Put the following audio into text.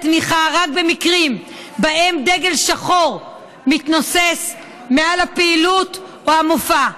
תמיכה רק במקרים שבהם דגל שחור מתנוסס מעל הפעילות או המופע.